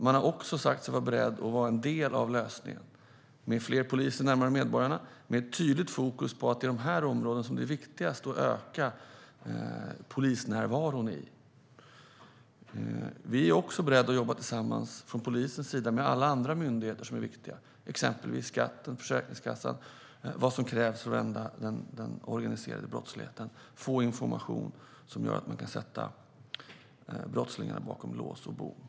Man har också sagt sig vara beredd att vara en del av lösningen med fler poliser närmare medborgarna och med ett tydligt fokus på att det är i de områdena det är viktigast att öka polisnärvaron. Polisen är också beredd att jobba tillsammans med andra viktiga myndigheter, till exempel Skatteverket och Försäkringskassan, för att ända den organiserade brottsligheten och få fram information som kan sätta brottslingar bakom lås och bom.